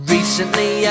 Recently